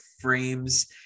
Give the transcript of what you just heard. frames